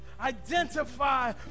identify